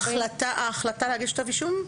ההחלטה להגיש כתב אישום?